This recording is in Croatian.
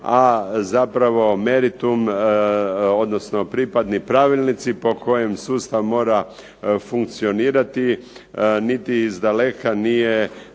a zapravo meritum, odnosno pripadni pravilnici po kojim sustav mora funkcionirati niti izdaleka nije